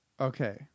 Okay